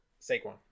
Saquon